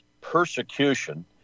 persecution